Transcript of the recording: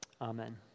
Amen